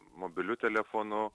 mobiliu telefonu